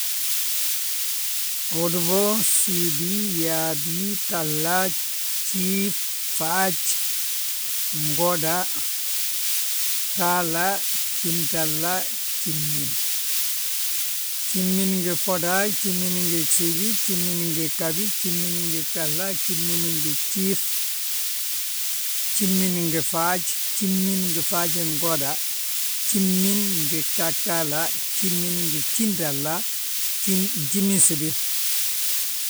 Bwodibo, gsiibi, yaabi gtahla, gjiif, faaj, ngooda, gtahala, gjintahla, gjimin, gjimin ngi ffoda, gjimin ngi gsiibi, gjimin ngi ghabi gtahla, gjimin ngi gjiif, gjimin ngi faaj, gjimin ngi faajingooda, gjimin ngi gtahala, gjimin ngi gjintahla, njiminsibi.